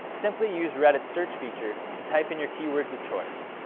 simply use reddit's search feature and type in your keywords of choice.